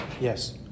Yes